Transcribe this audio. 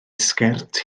sgert